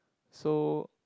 so